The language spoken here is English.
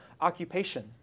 occupation